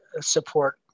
support